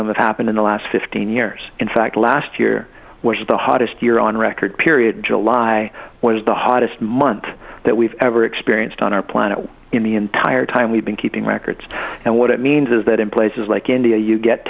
them have happened in the last fifteen years in fact last year was the hottest year on record period july was the hottest month that we've ever experienced on our planet in the entire time we've been keeping records and what it means is that in places like india you get